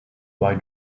why